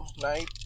night